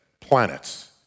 planets